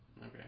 Okay